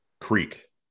Creek